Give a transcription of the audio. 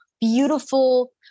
Beautiful